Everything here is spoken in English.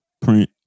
print